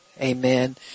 Amen